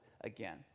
again